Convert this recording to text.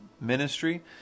ministry